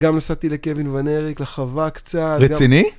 גם נסעתי לקווין ונריק, לחווה קצת. רציני?